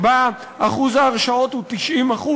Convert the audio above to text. שאחוז ההרשעות הוא 90%,